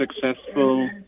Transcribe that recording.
successful